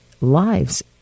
lives